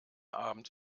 abend